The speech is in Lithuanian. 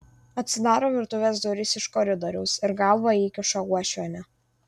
atsidaro virtuvės durys iš koridoriaus ir galvą įkiša uošvienė